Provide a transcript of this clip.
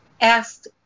asked